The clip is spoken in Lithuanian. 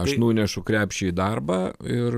aš nunešu krepšį į darbą ir